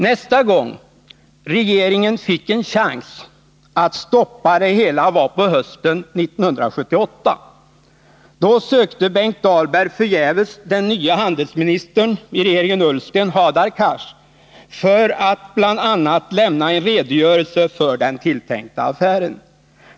Nästa gång regeringen fick en chans att stoppa det hela var på hösten 1978. Då sökte Benkt Dahlberg förgäves den nye handelsministern i regeringen Ullsten, Hadar Cars, för att bl.a. lämna en redogörelse för den tilltänkta affären.